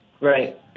Right